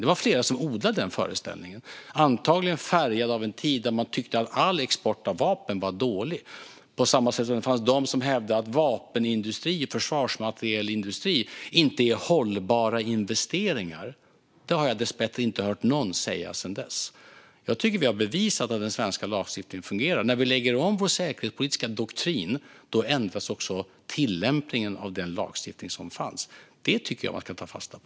Det var flera som odlade den föreställningen, antagligen färgade av en tid då man tyckte att all export av vapen var dålig. På samma sätt fanns de som hävdade att vapenindustri och försvarsmaterielindustri inte var hållbara investeringar. Det har jag dessbättre inte hört någon säga sedan dess. Jag tycker att vi har bevisat att den svenska lagstiftningen fungerar. När vi lägger om vår säkerhetspolitiska doktrin ändras också tillämpningen av den lagstiftning som finns. Det tycker jag att man ska ta fasta på.